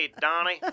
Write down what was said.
Donnie